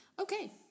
Okay